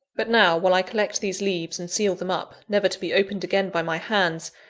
but now, while i collect these leaves, and seal them up, never to be opened again by my hands,